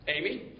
Amy